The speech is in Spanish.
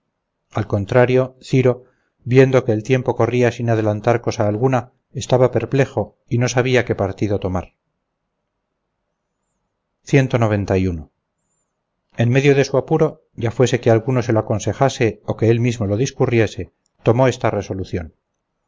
al contrario ciro viendo que el tiempo corría sin adelantar cosa alguna estaba perplejo y no sabia qué partido tomar en medio de su apuro ya fuese que alguno se lo aconsejase o que él mismo lo discurriese tomó esta resolución